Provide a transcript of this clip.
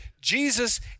Jesus